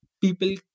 people